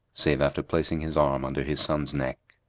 save after placing his arm under his son's neck.